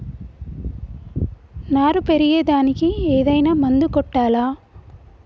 నారు పెరిగే దానికి ఏదైనా మందు కొట్టాలా?